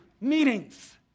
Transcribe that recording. Meetings